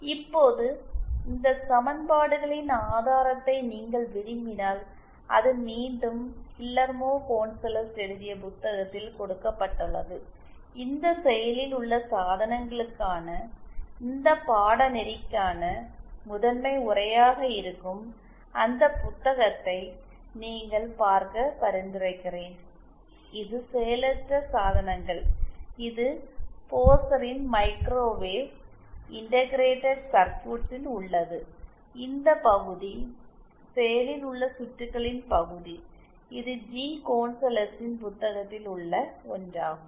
இப்போது இந்த சமன்பாடுகளின் ஆதாரத்தை நீங்கள் விரும்பினால் அது மீண்டும் கில்லர்மோ கோன்சலஸ் எழுதிய புத்தகத்தில் கொடுக்கப்பட்டுள்ளது இந்த செயலில் உள்ள சாதனங்களுக்கான இந்த பாடநெறிக்கான முதன்மை உரையாக இருக்கும் அந்த புத்தகத்தை நீங்கள் பார்க்க பரிந்துரைக்கிறேன் இது செயலற்ற சாதனங்கள் இது போசரின் மைக்ரோவேவ் இன்டக்கிரேடட் சர்கியூட்ஸ் ல் உள்ளது இந்த பகுதி செயலில் உள்ள சுற்றுகளின் பகுதி இது ஜி கோன்சலஸின் புத்தகத்தில் உள்ள ஒன்றாகும்